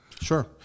sure